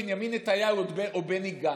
בנימין נתניהו או בני גנץ,